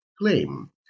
claim